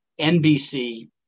NBC